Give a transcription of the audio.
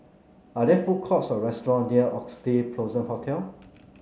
are there food courts or restaurant near Oxley Blossom Hotel